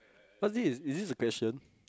what's this is this the question